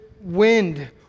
wind